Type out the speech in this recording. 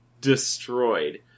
destroyed